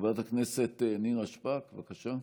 חברת הכנסת נירה שפק, בבקשה.